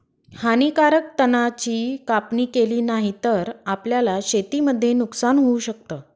हानीकारक तणा ची कापणी केली नाही तर, आपल्याला शेतीमध्ये नुकसान होऊ शकत